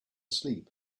sleep